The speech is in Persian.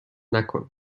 نکن